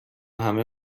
همه